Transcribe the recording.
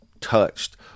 touched